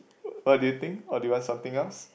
what do you think or do you want something else